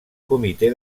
comitè